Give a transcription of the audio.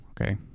Okay